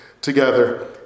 together